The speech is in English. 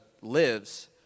lives